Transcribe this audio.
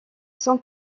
son